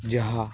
ଯାହା